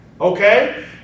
Okay